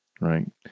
right